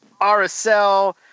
RSL